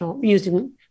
using